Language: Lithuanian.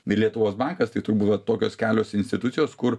ir lietuvos bankas tai turbūt va tokios kelios institucijos kur